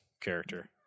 character